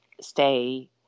stay